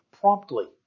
promptly